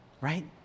right